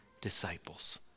disciples